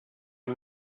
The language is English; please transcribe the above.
are